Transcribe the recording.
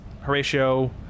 Horatio